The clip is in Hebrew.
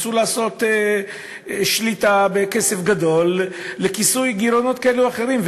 רצו שליטה בכסף גדול לכיסוי גירעונות כאלה או אחרים,